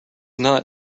not